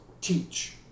teach